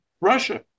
russia